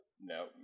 no